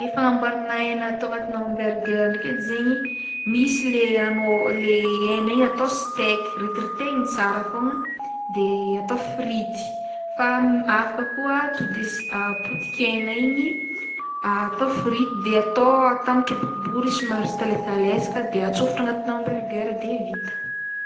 Le fagnamboarana hena atao agnatina hamburger ndraiky edy zegny, misy le anao- le hena igny atao steak, ritiritehigny tsara fogna de atao frity, fa am- afaka koa to de potikena igny atao frity de atao atambatra boribory somary s- talesalesaka de atsofotra agnatina hamburger de vita.